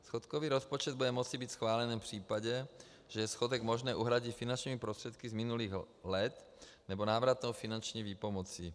Schodkový rozpočet bude moci být schválen jen v případě, že je schodek možné uhradit finančními prostředky z minulých let nebo návratnou finanční výpomocí.